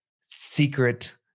secret